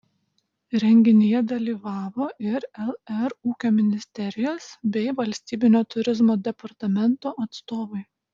renginyje dalyvavo ir lr ūkio ministerijos bei valstybinio turizmo departamento atstovai